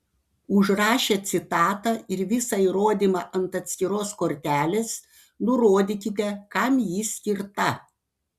užrašę citatą ir visą įrodymą ant atskiros kortelės nurodykite kam ji skirta